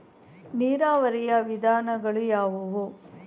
ನೀರಾವರಿಯ ವಿಧಾನಗಳು ಯಾವುವು?